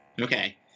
Okay